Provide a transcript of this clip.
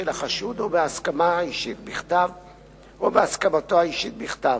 של החשוד או בהסכמתו האישית בכתב.